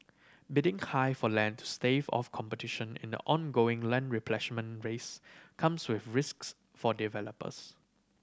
bidding high for land to stave off competition in the ongoing land replenishment race comes with risks for developers